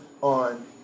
on